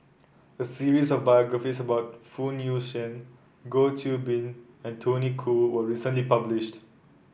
a series of biographies about Phoon Yew Tien Goh Qiu Bin and Tony Khoo was recently published